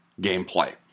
gameplay